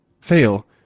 Fail